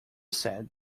said